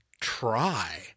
try